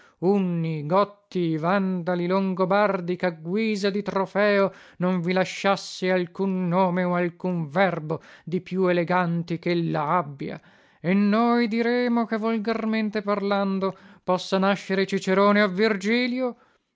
dumanità unni gotti vandali longobardi cha guisa di trofeo non vi lasciasse alcun nome o alcun verbo di più eleganti chella abbia e noi diremo che volgarmente parlando possa nascere cicerone o virgilio